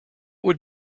would